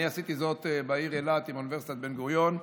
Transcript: אני עשיתי זאת בעיר אילת עם אוניברסיטת בן-גוריון,